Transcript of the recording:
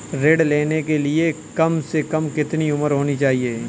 ऋण लेने के लिए कम से कम कितनी उम्र होनी चाहिए?